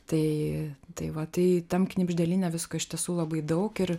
tai tai va tai tam knibždėlyne visko iš tiesų labai daug ir